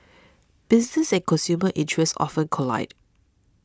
business and consumer interests often collide